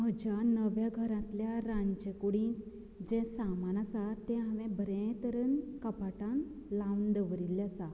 म्हज्या नव्या घरांतल्या रांदचेकूडींत जे सामान आसा तें हांवें बरें तरेन कपाटांत लावन दवरिल्लें आसा